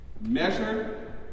Measure